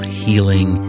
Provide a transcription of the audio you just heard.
healing